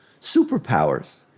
Superpowers